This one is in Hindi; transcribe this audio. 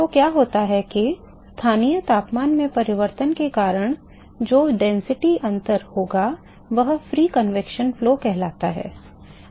तो क्या होता है कि स्थानीय तापमान में परिवर्तन के कारण जो घनत्व अंतर होगा वह मुक्त संवहन प्रवाह कहलाता है